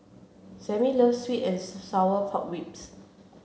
Sammie loves sweet and sour pork ribs